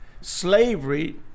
slavery